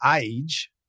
age